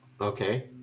okay